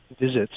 visits